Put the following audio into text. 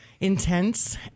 intense